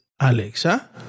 Alexa